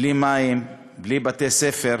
בלי מים, בלי בתי-ספר,